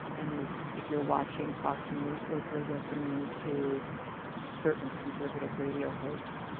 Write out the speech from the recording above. and you're if you're watching fox news or if you're listening to certain conservative radio hosts,